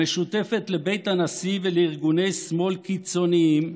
המשותפת לבית הנשיא ולארגוני שמאל קיצוניים,